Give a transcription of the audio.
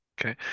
Okay